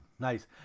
Nice